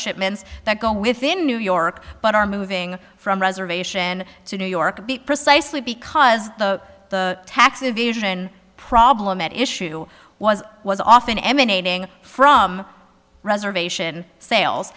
shipments that go within new york but are moving from reservation to new york to be precisely because the the tax evasion problem at issue was was often emanating from reservation sales